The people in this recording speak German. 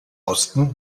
osten